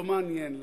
לא מעניין לה.